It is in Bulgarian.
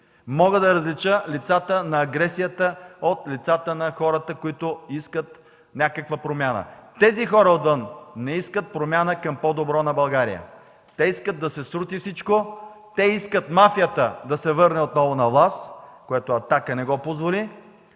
Мога да различа лицата на агресията от лицата на хората, които искат някаква промяна. Тези хора отвън не искат някаква промяна към по-добро на България. Те искат да се срути всичко, искат мафията да се върне отново на власт, което „Атака“ не го позволи,